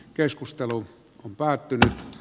keskustelu on päättynyt